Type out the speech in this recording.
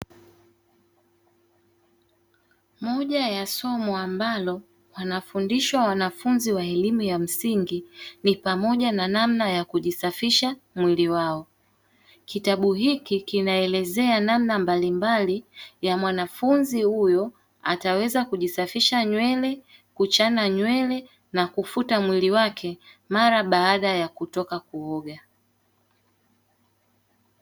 Moja ya somo ambalo wanafundishwa wanafunzi wa elimu ya msingi ni pamoja na namna ya kujisafisha mwili wao. Kitabu hiki kinaelezea namna mbalimbali mwanafunzi huyo ataweza kujisafisha: nywele, kuchana nywele, na kufuta mwili wake mara baada ya kutoka kuoga.